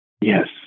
Yes